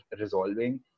resolving